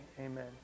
Amen